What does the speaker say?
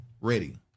ready